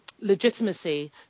legitimacy